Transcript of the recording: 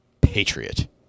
Patriot